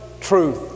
truth